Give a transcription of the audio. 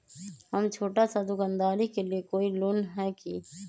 हम छोटा सा दुकानदारी के लिए कोई लोन है कि?